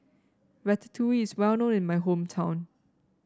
ratatouille is well known in my hometown